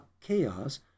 chaos